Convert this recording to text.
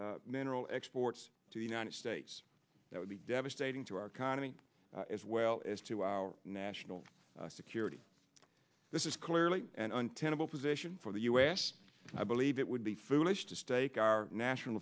earth minerals exports to the united states that would be devastating to our economy as well as to our national security this is clearly an untenable position for the us i believe it would be foolish to stake our national